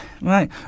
Right